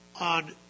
on